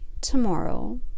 tomorrow